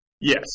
Yes